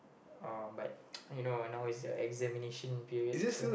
um but now is the examination period so